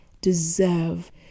deserve